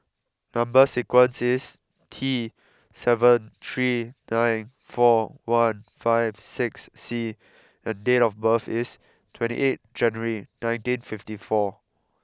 number sequence is T seven three nine four one five six C and date of birth is twenty eight January nineteen fifty four